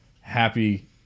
Happy